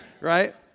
Right